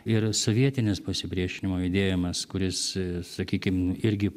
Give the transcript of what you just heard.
ir sovietinis pasipriešinimo judėjimas kuris sakykim irgi